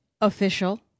official